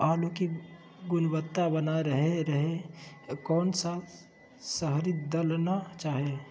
आलू की गुनबता बना रहे रहे कौन सा शहरी दलना चाये?